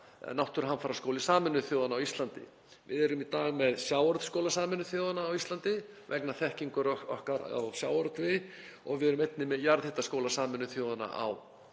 náttúruhamfaraskóli Sameinuðu þjóðanna á Íslandi. Við erum í dag með Sjávarútvegsskóla Sameinuðu þjóðanna á Íslandi vegna þekkingar okkar á sjávarútvegi og við erum einnig með Jarðhitaskóla Sameinuðu þjóðanna á Íslandi